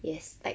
yes like